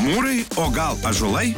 mūrai o gal ąžuolai